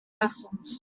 persons